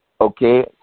okay